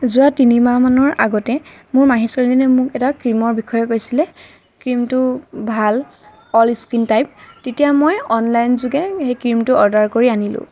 যোৱা তিনিমাহ মানৰ আগতে মোৰ মাহী ছোৱালীজনীয়ে মোক এটা ক্ৰীমৰ বিষয়ে কৈছিলে ক্ৰীমটো ভাল অল স্কিণ টাইপ তেতিয়া মই অনলাইন যোগে সেই ক্ৰীমটো অৰ্ডাৰ কৰি আনিলোঁ